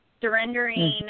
surrendering